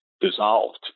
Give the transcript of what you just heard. dissolved